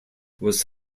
was